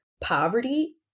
poverty